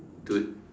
dude